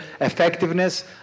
effectiveness